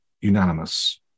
unanimous